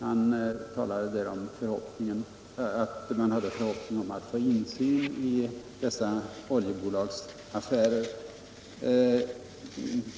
Han talade där om att man hade förhoppningar om att få ”insyn” i dessa oljebolags affärer.